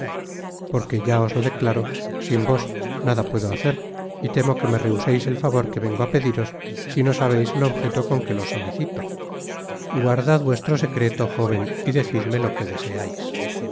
porque ya os lo declaro sin vos nada puedo hacer y temo que me rehuseis el favor que vengo á pediros si no sabeis el objeto con que lo solicito guardad vuestro secreto jóven y decidme lo que deseais